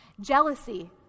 Jealousy